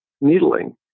needling